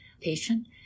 patient